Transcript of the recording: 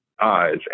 eyes